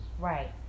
right